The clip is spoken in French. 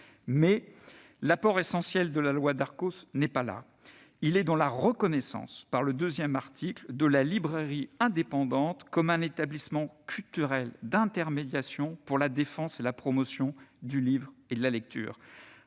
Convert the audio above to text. Mais l'apport essentiel de la loi Darcos n'est pas là. Il est dans la reconnaissance, par son article 2, de la librairie indépendante comme établissement culturel d'intermédiation pour la défense et la promotion du livre et de la lecture.